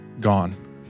gone